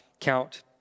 count